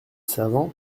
savants